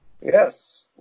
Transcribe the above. Yes